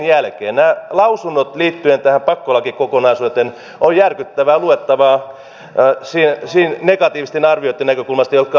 nämä lausunnot liittyen tähän pakkolakikokonaisuuteen ovat järkyttävää luettavaa negatiivisten arvioitten näkökulmasta jotka hallituksen esityksiin liittyvät